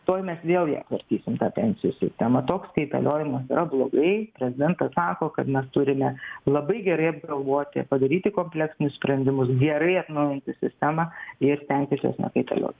tuoj mes vėl ją tvarkysim tą pensijų sistemą toks kaitaliojimas yra blogai prezidentas sako kad mes turime labai gerai apgalvoti padaryti kompleksinius sprendimus gerai atnaujinti sistemą ir stengtis jos nekaitalioti